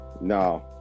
No